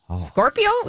Scorpio